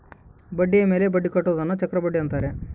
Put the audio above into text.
ಬಡ್ಡಿಯ ಮೇಲೆ ಬಡ್ಡಿ ಕಟ್ಟುವುದನ್ನ ಚಕ್ರಬಡ್ಡಿ ಅಂತಾರೆ